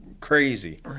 crazy